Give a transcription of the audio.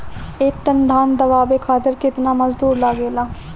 एक टन धान दवावे खातीर केतना मजदुर लागेला?